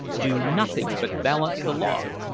do nothing but balance the log.